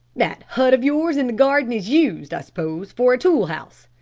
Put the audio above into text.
that hut of yours in the garden is used, i suppose, for a tool house.